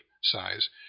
size